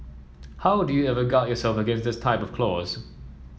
how do you ever guard yourself against this type of clause